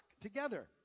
together